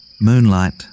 Moonlight